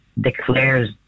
declares